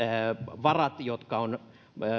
varat jotka on